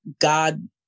god